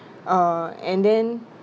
ah and then